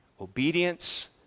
Obedience